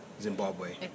Zimbabwe